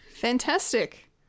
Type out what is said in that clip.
Fantastic